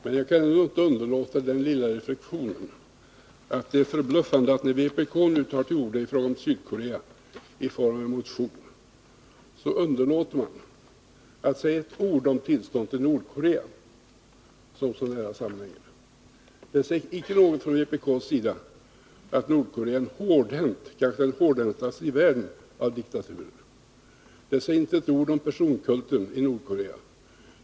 Men jag kan inte underlåta att göra den lilla reflexionen att det är förbluffande, att när vpk nu tar till orda i fråga om Sydkorea i form av en motion, underlåter man att säga ett ord om tillståndet i Nordkorea. Det sägs inte ett ord från vpk:s sida om att Nordkorea är en hårdhänt diktatur, kanske den hårdhäntaste i världen av diktaturer. Det sägs inte ett ord om personkulten i Nordkorea.